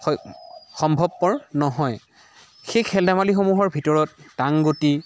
স সম্ভৱপৰ নহয় সেই খেল ধেমালিসমূহৰ ভিতৰত টাং গুটি